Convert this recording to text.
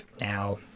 now